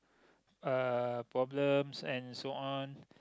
uh problems and so on